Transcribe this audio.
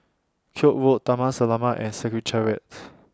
Koek Road Taman Selamat and Secretariat